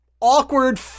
awkward